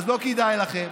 אז לא כדאי לכם.